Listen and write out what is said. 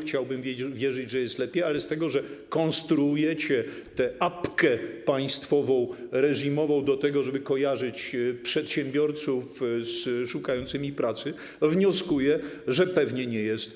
Chciałbym wierzyć, że jest lepiej, ale z tego, że konstruujecie tę apkę państwową reżimową do tego, żeby kojarzyć przedsiębiorców z szukającymi pracy, wnioskuję, że pewnie nie jest